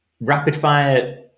rapid-fire